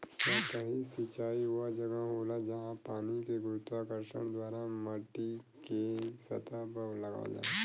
सतही सिंचाई वह जगह होला, जहाँ पानी के गुरुत्वाकर्षण द्वारा माटीके सतह पर लगावल जाला